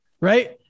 right